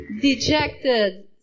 dejected